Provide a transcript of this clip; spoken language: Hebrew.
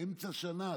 באמצע שנה,